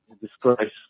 disgrace